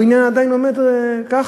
הבניין עדיין עומד ככה,